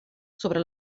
sobre